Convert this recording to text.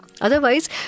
Otherwise